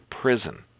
prison